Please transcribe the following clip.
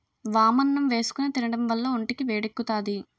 వామన్నం చేసుకుని తినడం వల్ల ఒంటికి వేడెక్కుతాది